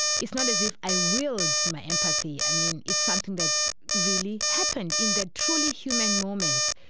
it's not as if i willed my empathy. i mean, it's something that really happened in that truly humane moment.